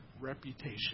reputation